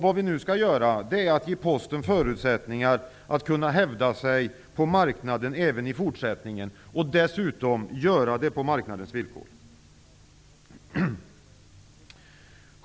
Vad vi nu skall göra är att ge Posten förutsättningar att kunna hävda sig på marknaden även i fortsättningen och dessutom göra det på marknadens villkor.